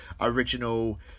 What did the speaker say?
original